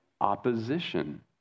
opposition